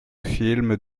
films